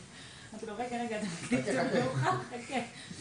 התשלום הרגילות שמופיעות בתקנה 4 שקובעות שהחבר,